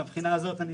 מהבחינה הזאת אני